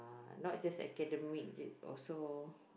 but not just academic and also